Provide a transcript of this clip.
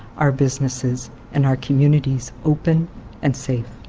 our businesses and our communities open and safe.